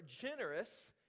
generous